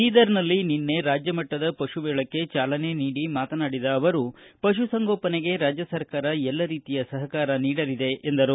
ಬೀದರನಲ್ಲಿ ನಿನ್ನೆ ರಾಜ್ಯ ಮಟ್ಟದ ಪಶು ಮೇಳಕ್ಕೆ ಚಾಲನೆ ನೀಡಿ ಮಾತನಾಡಿದ ಅವರು ಪಶುಸಂಗೋಪನೆಗೆ ರಾಜ್ಯ ಸರ್ಕಾರ ಎಲ್ಲ ರೀತಿಯ ಸಹಕಾರ ನೀಡಲಿದೆ ಎಂದರು